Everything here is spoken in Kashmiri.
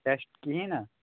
ٹٮ۪سٹ کِہیٖنۍ نا